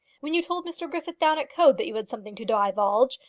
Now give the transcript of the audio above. when you told mr griffith down at coed that you had something to divulge,